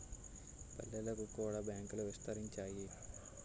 పల్లెలకు కూడా బ్యాంకులు విస్తరించాయి